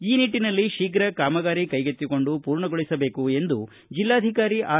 ಈ ನಿಟ್ಟಿನಲ್ಲಿ ಶೀಘ ಕಾಮಗಾರಿ ಕೈಗೆತ್ತಿಕೊಂಡು ಪೂರ್ಣಗೊಳಿಸಬೇಕು ಎಂದು ಜಿಲ್ಲಾಧಿಕಾರಿ ಆರ್